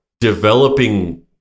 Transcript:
developing